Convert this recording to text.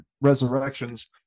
resurrections